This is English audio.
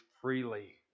freely